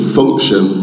function